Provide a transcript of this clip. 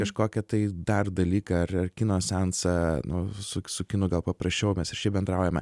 kažkokią tai dar dalyką ar ar kino seansą nu su su kinu gal paprasčiau mes šiaip bendraujame